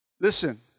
listen